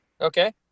okay